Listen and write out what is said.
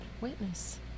witness